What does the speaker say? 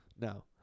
no